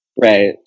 Right